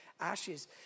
ashes